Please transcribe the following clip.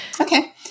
Okay